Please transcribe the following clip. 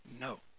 No